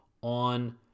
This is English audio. on